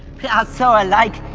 we are so alike.